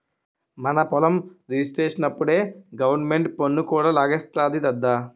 మన పొలం రిజిస్ట్రేషనప్పుడే గవరమెంటు పన్ను కూడా లాగేస్తాది దద్దా